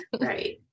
Right